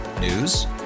News